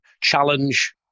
challenge